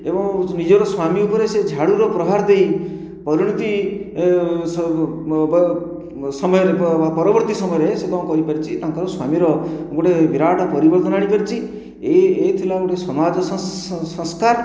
ଏବଂ ନିଜର ସ୍ୱାମୀ ଉପରେ ସେ ଝାଡ଼ୁର ପ୍ରହାର ଦେଇ ପରିଣତି ପରବର୍ତ୍ତୀ ସମୟରେ ସେ କଣ କରିପାରିଛି ତାଙ୍କର ସ୍ୱାମୀର ଗୋଟିଏ ବିରାଟ ପରିବର୍ତ୍ତନ ଆଣିପାରିଛି ଏବଂ ଏହା ଥିଲା ଗୋଟିଏ ସମାଜ ସନ୍ ସଂସ୍କାର